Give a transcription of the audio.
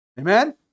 Amen